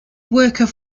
worker